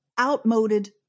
outmoded